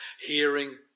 hearing